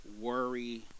worry